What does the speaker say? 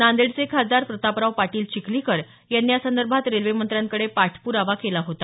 नांदेडचे खासदार प्रतापराव पाटील चिखलीकर यांनी यासदर्भात रेल्वेमंत्र्यांकडे पाठप्रावा केला होता